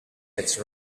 its